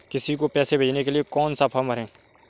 किसी को पैसे भेजने के लिए कौन सा फॉर्म भरें?